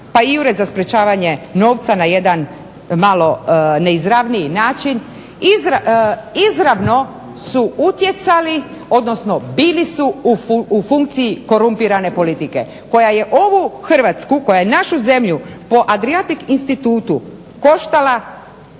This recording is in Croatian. pa i Ured za sprečavanje novaca na jedan malo neizravniji način izravno su bili u funkciji korumpirane politike koja je ovu Hrvatsku koja je našu zemlju po Adriatic institutu koštala